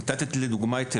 נתת את אלעד,